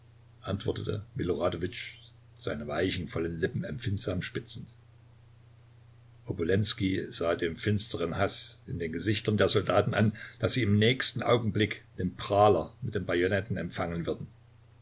antwortete miloradowitsch seine weichen vollen lippen empfindsam spitzend obolenskij sah dem finsteren haß in den gesichtern der soldaten an daß sie im nächsten augenblick den prahler mit den bajonetten empfangen würden